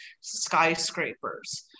skyscrapers